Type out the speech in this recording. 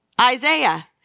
Isaiah